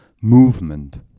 movement